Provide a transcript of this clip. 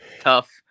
tough